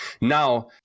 Now